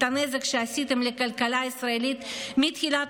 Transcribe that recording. את הנזק שעשיתם לכלכלה הישראלית מתחילת